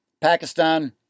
Pakistan